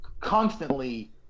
constantly